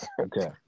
okay